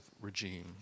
regime